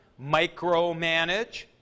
micromanage